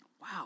Wow